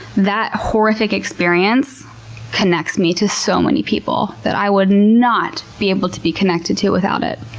that horrific experience connects me to so many people that i would not be able to be connected to without it.